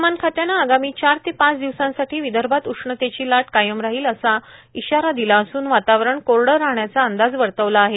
हवामान खात्यानं आगामी चार ते पाच दिवसासाठी विदर्भात उष्णतेची लाट राहील असा इशारा दिला असून वातावरण कोरडं राहण्याचा अंदाज वर्तविला आहे